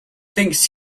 thinks